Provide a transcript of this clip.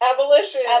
Abolition